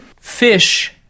Fish